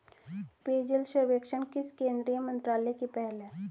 पेयजल सर्वेक्षण किस केंद्रीय मंत्रालय की पहल है?